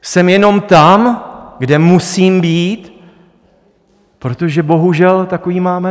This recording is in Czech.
Jsem jenom tam, kde musím být, protože bohužel, takový máme zákon.